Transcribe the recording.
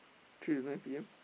three to nine P_M